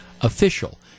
official